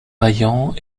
vaillant